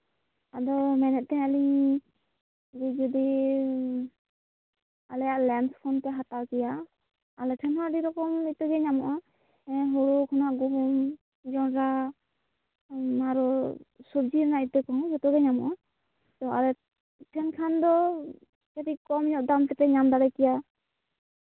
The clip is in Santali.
ᱟᱫᱚ ᱢᱮᱱᱮᱫ ᱛᱟᱦᱮᱸᱱᱟᱞᱤᱧ ᱡᱩᱫᱤ ᱟᱞᱮᱭᱟᱜ ᱞᱮᱢᱯᱷ ᱠᱷᱚᱱᱯᱮ ᱦᱟᱛᱟᱣ ᱠᱮᱭᱟ ᱟᱞᱮ ᱴᱷᱮᱱ ᱦᱚᱸ ᱟᱹᱰᱤ ᱨᱚᱠᱚᱢ ᱤᱛᱟᱹ ᱜᱮ ᱧᱟᱢᱚᱜᱼᱟ ᱦᱮᱸ ᱦᱩᱲᱩ ᱠᱷᱚᱱᱟᱜ ᱜᱩᱦᱩᱢ ᱡᱚᱱᱰᱨᱟ ᱚᱱᱟ ᱨᱮ ᱥᱚᱵᱡᱤ ᱨᱮᱭᱟᱜ ᱤᱛᱟᱹ ᱠᱚᱸᱦᱚ ᱡᱚᱛᱚ ᱜᱮ ᱧᱟᱢᱚᱜᱼᱟ ᱛᱚ ᱟᱞᱮ ᱴᱷᱮᱱ ᱠᱷᱟᱱ ᱫᱚ ᱠᱚᱢ ᱧᱚᱜ ᱫᱟᱢ ᱛᱮᱯᱮ ᱧᱟᱢ ᱫᱮᱲᱮ ᱠᱮᱭᱟ